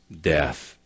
death